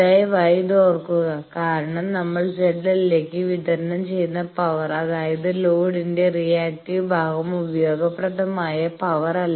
ദയവായി ഇത് ഓർക്കുക കാരണം നമ്മൾ XL ലേക്ക് വിതരണം ചെയ്യുന്ന പവർ അതായത് ലോഡിന്റെ റിയാക്ടീവ് ഭാഗം ഉപയോഗപ്രദമായ പവർ അല്ല